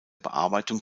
bearbeitung